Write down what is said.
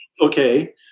okay